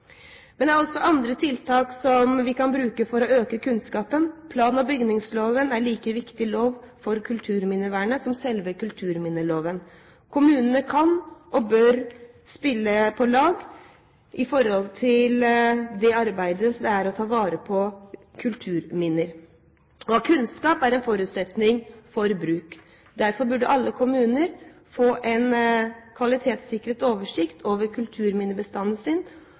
å øke kunnskapen, er plan- og bygningsloven. Den er en like viktig lov for kulturminnevernet som selve kulturminneloven. Kommunene kan og bør spille på lag i arbeidet for å ta vare på kulturminner. Kunnskap er en forutsetning for bruk. Derfor burde alle kommuner få en kvalitetssikret oversikt over kulturminnebestanden sin,